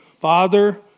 Father